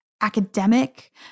academic